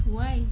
why